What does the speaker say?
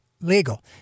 legal